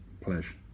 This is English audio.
Pleasure